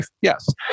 Yes